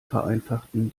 vereinfachten